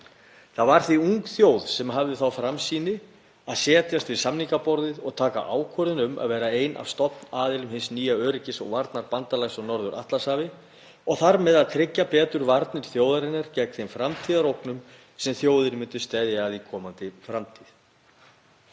Það var því ung þjóð sem hafði þá framsýni að setjast við samningaborðið og taka ákvörðun um að verða ein af stofnaðilum hins nýja öryggis- og varnarbandalags á Norður-Atlantshafi og þar með tryggja betur varnir þjóðarinnar gegn þeim framtíðarógnum sem að þjóðinni myndu steðja í komandi framtíð.